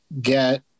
get